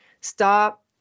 stop